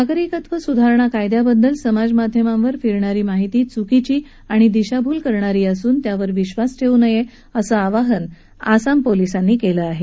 नागरिकत्व स्धारणा कायद्याबद्दल समाजमाध्यमांवर फिरणारी माहिती च्कीची आणि दिशाभूल करणारी असून त्यावर विश्वास ठेवू नये असं आवाहन आसाम पोलीसांनी केलं आहे